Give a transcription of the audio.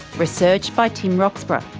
research by tim roxburgh,